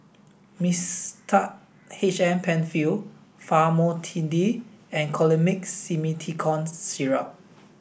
Mixtard H M Penfill Famotidine and Colimix Simethicone Syrup